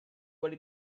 where